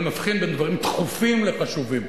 אני מבחין בין דברים דחופים לחשובים.